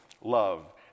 love